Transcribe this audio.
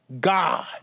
God